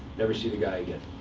never see the guy again.